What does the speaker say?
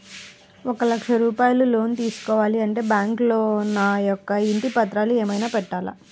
ఒక లక్ష రూపాయలు లోన్ తీసుకోవాలి అంటే బ్యాంకులో నా యొక్క ఇంటి పత్రాలు ఏమైనా పెట్టాలా?